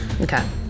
okay